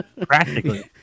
practically